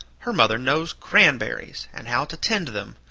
her mother knows cranberries, and how to tend them,